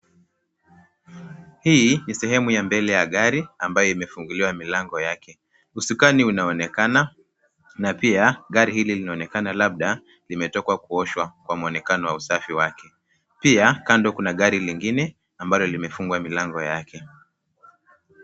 Hii, ni sehemu ya mbele ya gari ambayo imefunguliwa milango yake. Usukani unaonekana na pia ,gari hili linaonekana labda limetoka kuoshwa kwa muonekano wa usafi wake. Pia, kando kuna gari lingine ambalo limefungwa milango yake.